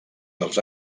dels